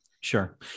Sure